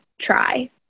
try